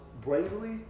bravely